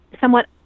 somewhat